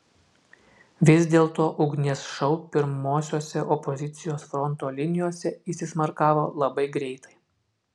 vis dėlto ugnies šou pirmosiose opozicijos fronto linijose įsismarkavo labai greitai